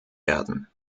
werden